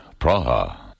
Praha